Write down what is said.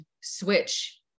switch